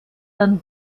dann